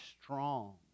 strong